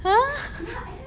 !huh!